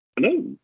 Hello